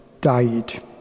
died